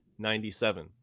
97